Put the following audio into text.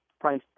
price